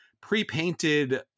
pre-painted